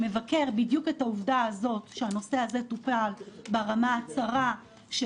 שמבקר בדיוק את העובדה הזאת שהנושא הזה טופל ברמה הצרה של